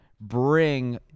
Bring